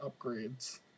upgrades